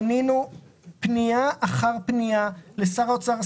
פנינו פנייה אחר פנייה לשר האוצר,